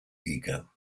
ego